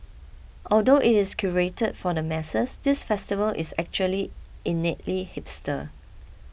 although it is curated for the masses this festival is actually innately hipster